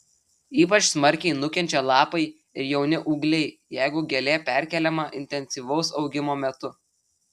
ypač smarkiai nukenčia lapai ir jauni ūgliai jeigu gėlė perkeliama intensyvaus augimo metu